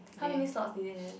how many slots did they have